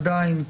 עדיין,